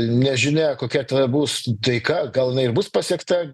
nežinia kokia ta bus taika gal jinai ir bus pasiekta